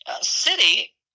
city